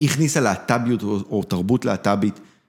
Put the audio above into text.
‫הכניסה להטביות ‫או תרבות להטבית.